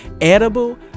edible